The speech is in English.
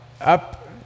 up